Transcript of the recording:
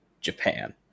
Japan